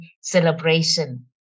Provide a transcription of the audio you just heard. celebration